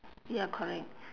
ya correct